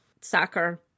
soccer